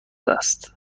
است